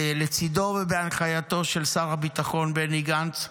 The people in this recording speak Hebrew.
לצידו ובהנחייתו של שר הביטחון בני גנץ,